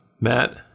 Matt